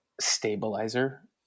stabilizer